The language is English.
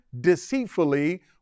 deceitfully